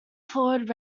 forward